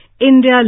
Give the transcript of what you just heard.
India